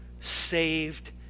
saved